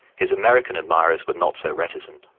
his american admirers were not so reticent.